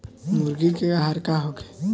मुर्गी के आहार का होखे?